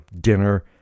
dinner